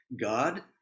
God